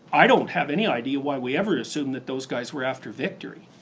i don't have any idea why we ever assumed that those guys were after victory.